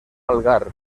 algar